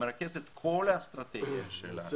הוא מרכז את כל האסטרטגיה של העם היהודי.